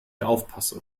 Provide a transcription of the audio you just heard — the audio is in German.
aufpasse